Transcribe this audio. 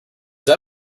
that